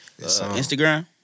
Instagram